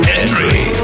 entry